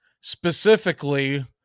specifically